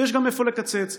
ויש גם איפה לקצץ.